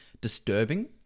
disturbing